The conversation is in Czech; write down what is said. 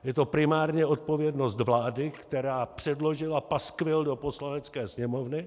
Je to primárně odpovědnost vlády, která předložila paskvil do Poslanecké sněmovny.